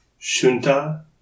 Shunta